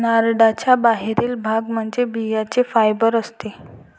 नारळाचा बाहेरील भाग म्हणजे बियांचे फायबर असते